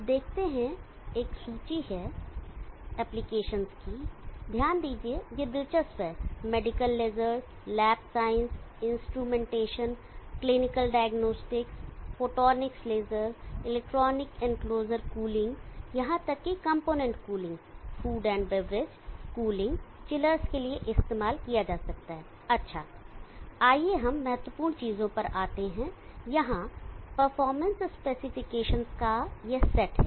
आप देखते हैं एक सूची है यहां एप्लीकेशंस की ध्यान दीजिए यह दिलचस्प है medical lasers lab science instrumentation clinical diagnostics photonics laser electronic enclosure cooling यहां तक कि component cooling food and beverage cooling chillers के लिए इस्तेमाल किया जा सकता है अच्छा आइए हम महत्वपूर्ण चीजों पर आते हैं यहां परफॉर्मेंस स्पेसिफिकेशन का यह सेट है